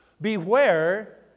Beware